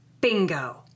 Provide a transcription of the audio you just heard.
Bingo